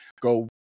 Go